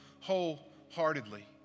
wholeheartedly